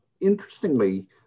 Interestingly